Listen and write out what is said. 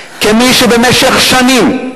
כמי שבמשך שנים,